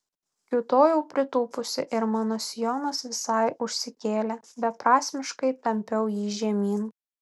kiūtojau pritūpusi ir mano sijonas visai užsikėlė beprasmiškai tampiau jį žemyn